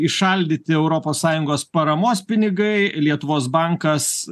įšaldyti europos sąjungos paramos pinigai lietuvos bankas